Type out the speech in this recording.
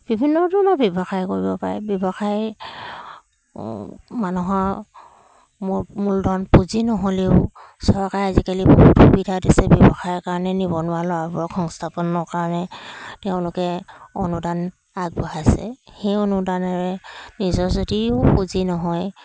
বিভিন্ন ধৰণৰ ব্যৱসায় কৰিব পাৰে ব্যৱসায় মানুহৰ মূল মূলধন পুঁজি নহ'লেও চৰকাৰে আজিকালি বহুত সুবিধা দিছে ব্যৱসায়ৰ কাৰণে নিবনুৱা ল'ৰাবোৰক সংস্থাপনৰ কাৰণে তেওঁলোকে অনুদান আগবঢ়াইছে সেই অনুদানেৰে নিজৰ যদিও পুঁজি নহয়